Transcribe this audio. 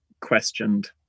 questioned